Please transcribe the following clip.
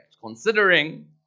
considering